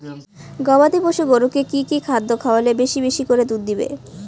গবাদি পশু গরুকে কী কী খাদ্য খাওয়ালে বেশী বেশী করে দুধ দিবে?